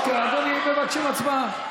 אוקיי, מבקשים הצבעה.